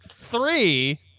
three